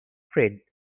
friend